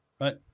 right